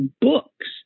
books